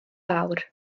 awr